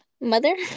Mother